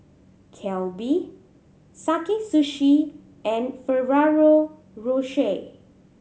Calbee Sakae Sushi and Ferrero Rocher